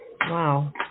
Wow